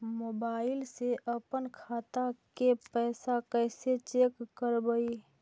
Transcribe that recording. Mobile से अपन खाता के पैसा कैसे चेक करबई?